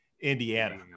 Indiana